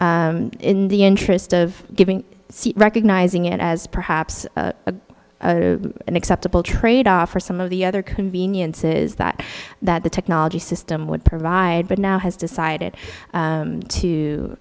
in the interest of giving recognising it as perhaps a acceptable trade off for some of the other conveniences that that the technology system would provide but now has decided to to